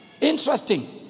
Interesting